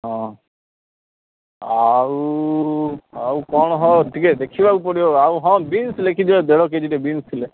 ହଁ ଆଉ ଆଉ କ'ଣ ହଁ ଟିକେ ଦେଖିବାକୁ ପଡ଼ିବ ଆଉ ହଁ ବିନ୍ସ୍ ଲେଖିଦିଅ ଦେଢ଼ କିଜେଟେ ବିନ୍ସ୍ ଥିଲେ